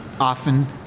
often